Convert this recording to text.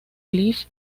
cliff